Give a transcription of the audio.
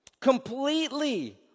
Completely